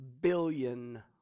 billion